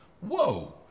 Whoa